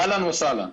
אהלן וסהלן.